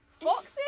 foxes